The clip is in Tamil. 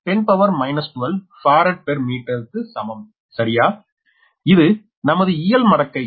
854 10 12 பாராட் பெர் மீட்டருக்கு சமம் சரியா இது நமது இயல் மடக்கை